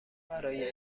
برای